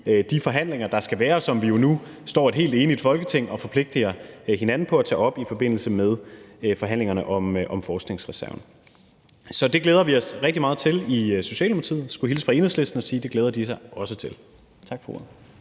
de forhandlinger, der skal være, og det er noget, som vi jo nu står et helt enigt Folketing og forpligter hinanden på at tage op i forbindelse med forhandlingerne om forskningsreserven. Det glæder vi os rigtig meget til i Socialdemokratiet, og jeg skulle hilse fra Enhedslisten og sige, at de også glæder sig til det. Tak for ordet.